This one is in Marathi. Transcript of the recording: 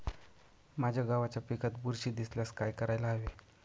माझ्या गव्हाच्या पिकात बुरशी दिसल्यास काय करायला हवे?